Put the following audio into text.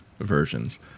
versions